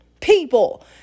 people